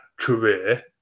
career